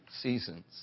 seasons